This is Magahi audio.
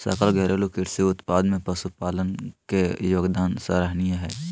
सकल घरेलू कृषि उत्पाद में पशुपालन के योगदान सराहनीय हइ